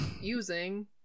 Using